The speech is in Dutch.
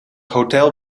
hotel